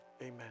amen